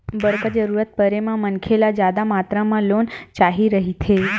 बड़का जरूरत परे म मनखे ल जादा मातरा म लोन चाही रहिथे